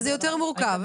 זה יותר מורכב.